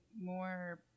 more